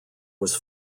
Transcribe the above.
was